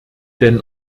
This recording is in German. denn